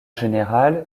générale